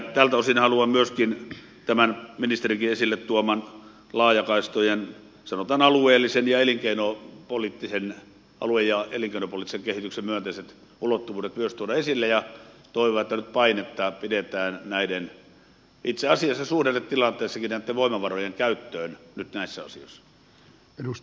tältä osin haluan ministerinkin esille tuoman laajakaistojen sanotaan alue ja elinkeinopoliittisen kehityksen myönteiset ulottuvuudet myös tuoda esille ja toivon että nyt painetta pidetään itse asiassa tässäkin suhdannetilanteessa näitten voimavarojen käytössä nyt näissä asioissa